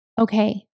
okay